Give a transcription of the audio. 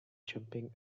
jumping